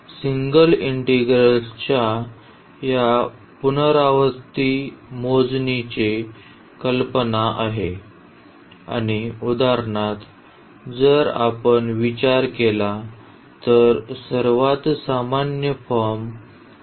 तर सिंगल इंटिग्रल्सच्या या पुनरावृत्ती मोजणीची कल्पना आहे आणि उदाहरणार्थ जर आपण विचार केला तर सर्वात सामान्य फॉर्म दिलेला आहे